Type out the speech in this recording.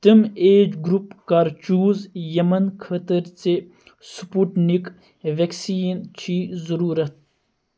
تِم age group کَر چوٗز یِمَن خٲطرٕ ژےٚ سُپوٹنِک ویکسیٖن چھِی ضروٗرت